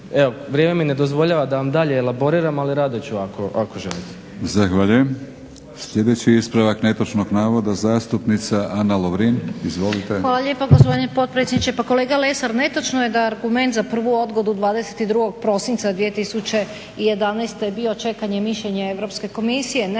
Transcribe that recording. Evo vrijeme mi ne dozvoljava da vam dalje elaboriram, ali rado ću ako želite. **Batinić, Milorad (HNS)** Zahvaljujem. Sljedeći ispravak netočnog navoda zastupnica Ana Lovrin. Izvolite. **Lovrin, Ana (HDZ)** Hvala lijepa gospodine potpredsjedniče. Pa kolega Lesar, netočno je da argument za prvu odgodu 22. prosinca 2011. je bio čekanje mišljenja Europske komisije.